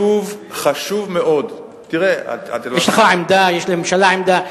חשוב מאוד, תראה, יש לך עמדה, יש לממשלה עמדה?